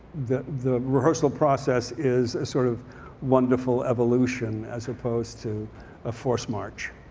the the rehearsal process is a sort of wonderful evolution as opposed to a forced march.